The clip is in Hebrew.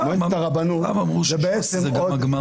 מועצת הרבנות --- פעם אמרו שש"ס זה גם הגמרא.